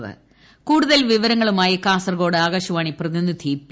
പ കൂടുതൽ വിവരങ്ങളൂമായി കാസർഗോഡ് ആകാശവാണി പ്രതിനിധി പി